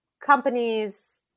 companies